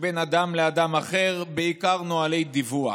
שבין אדם לאדם אחר, בעיקר נוהלי דיווח,